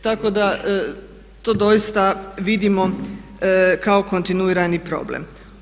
Tako da to doista vidimo kao kontinuirani problem.